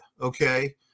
okay